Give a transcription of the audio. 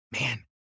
man